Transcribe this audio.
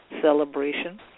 celebration